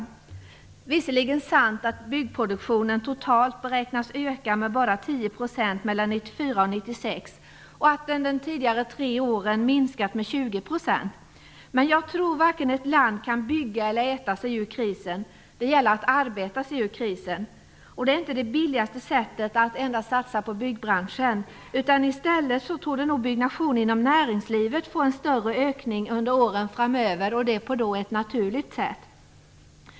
Det är visserligen sant att byggpoduktionen totalt beräknas öka med bara 10 % 1994-1996 och att den de tidigare tre åren har minskat med 20 %. Jag tror dock att ett land varken kan bygga eller äta sig ur krisen. Det gäller att arbeta sig ur krisen. Det är inte det billigaste sättet att endast satsa på byggbranschen. I stället torde byggnationen inom näringslivet få en större ökning under åren framöver, och det på ett naturligt sätt.